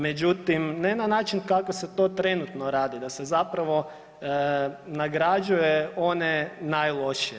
Međutim, ne na način kako se to trenutno radi da se zapravo nagrađuje one najlošije.